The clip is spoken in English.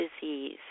disease